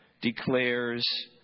declares